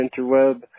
Interweb